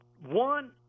one